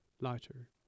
lighter